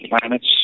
planets